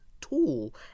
tool